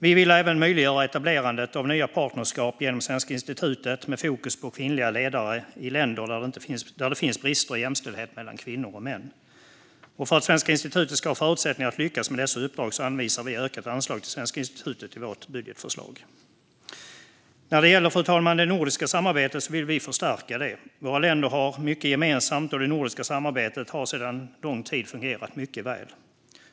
Vi vill även möjliggöra etablerandet av nya partnerskap genom Svenska institutet med fokus på kvinnliga ledare i länder där det finns brister i jämställdhet mellan kvinnor och män. För att Svenska institutet ska ha förutsättningar att lyckas med dessa uppdrag anvisar vi ökat anslag till Svenska institutet i vårt budgetförslag. När det gäller det nordiska samarbetet, fru talman, vill vi förstärka det. Våra länder har mycket gemensamt, och det nordiska samarbetet har sedan lång tid fungerat mycket väl.